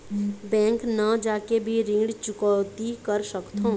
Bank न जाके भी ऋण चुकैती कर सकथों?